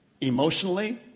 Emotionally